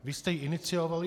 Vy jste ji iniciovali.